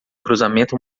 cruzamento